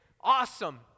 awesome